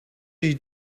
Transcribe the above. you